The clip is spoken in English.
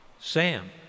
Sam